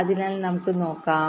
അതിനാൽ നമുക്ക് നോക്കാം